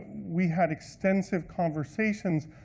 we had extensive conversations,